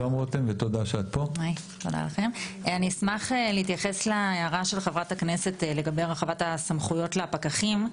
אני אשמח להתייחס להערה של חברת הכנסת לגבי הרחבת הסמכויות לפקחים.